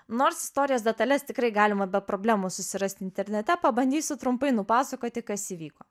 nors istorijos detales tikrai galima be problemų susirasti internete pabandysiu trumpai nupasakoti kas įvyko